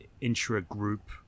intra-group